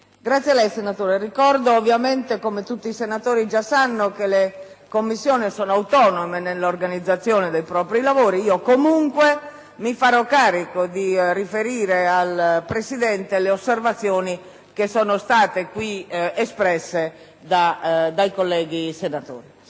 una nuova finestra"). Ricordo, come del resto tutti i senatori già sanno, che le Commissioni sono autonome nell'organizzazione dei propri lavori. In ogni caso, mi farò carico di riferire al Presidente le osservazioni che sono state qui espresse dai colleghi senatori.